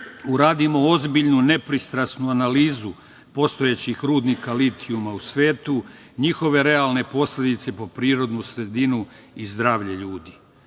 uradimo ozbiljnu i nepristrasnu analizu postojećih rudnika litijuma u svetu, njihove realne posledice po prirodnu sredinu i zdravlje ljudi.